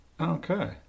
Okay